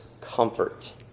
comfort